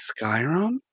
Skyrim